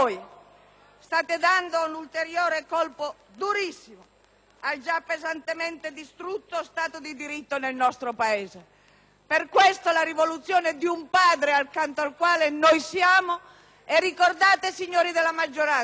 state dando un ulteriore colpo, durissimo, al già pesantemente distrutto Stato di diritto nel nostro Paese. Per questo la rivoluzione di un padre, accanto al quale noi siamo. E ricordate, signori della maggioranza,